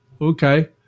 okay